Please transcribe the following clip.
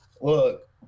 Look